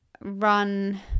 run